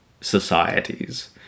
societies